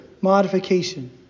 modification